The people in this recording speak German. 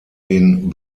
den